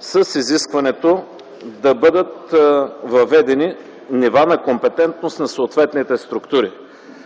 с изискването да бъдат въведени нива на компетентност на съответните структури.